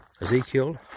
Ezekiel